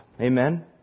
Amen